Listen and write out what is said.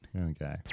Okay